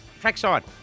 trackside